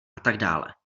atd